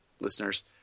listeners